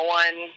one